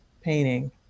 painting